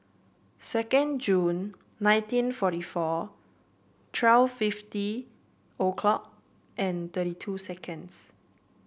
second June nineteen forty four twelve fifty a clock and thirty two seconds